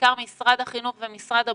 בעיקר משרד החינוך ומשרד הבריאות.